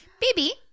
baby